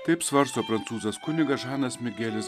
taip svarsto prancūzas kunigas žanas migelis